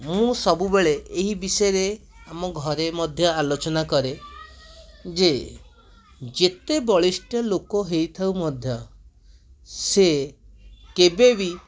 ମୁଁ ସବୁବେଳେ ଏହି ବିଷୟରେ ଆମ ଘରେ ମଧ୍ୟ ଆଲୋଚନା କରେ ଯେ ଯେତେ ବଳିଷ୍ଠ ଲୋକ ହେଇଥାଉ ମଧ୍ୟ ସେ କେବେ ବି